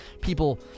people